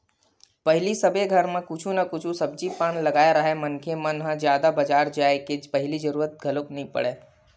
पहिली सबे घर म कुछु न कुछु सब्जी पान लगाए राहय मनखे मन ह जादा बजार जाय के पहिली जरुरत घलोक नइ पड़य